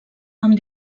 amb